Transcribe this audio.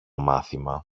μάθημα